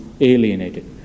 alienated